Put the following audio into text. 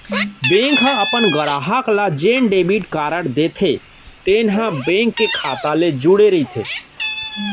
bank ह अपन गराहक ल जेन डेबिट कारड देथे तेन ह बेंक के खाता ले जुड़े रइथे